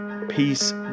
peace